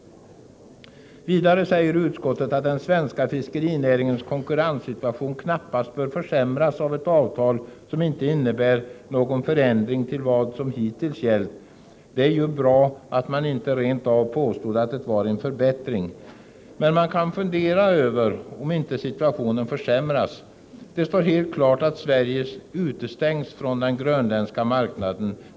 Vidare säger utskottets majoritet att den svenska fiskerinäringens konkurrenssituation knappast bör försämras av ett avtal som inte innebär någon förändring i förhållande till vad som hittills gällt. Det var ju bra att utskottsmajoriteten inte rent av påstod att det var en förbättring. Men man kan fundera över om inte situationen försämras. Det står helt klart att Sverige utestängs från den grönländska marknaden.